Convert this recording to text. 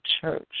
church